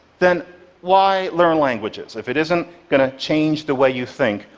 then why learn languages? if it isn't going to change the way you think,